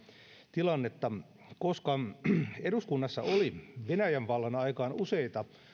tilannetta koska eduskunnassa oli venäjän vallan aikaan useita